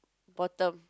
bottom